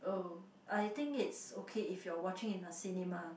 oh I think it's okay if you're watching in a cinema